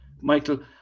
michael